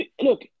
look